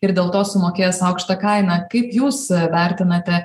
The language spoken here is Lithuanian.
ir dėl to sumokės aukštą kainą kaip jūs vertinate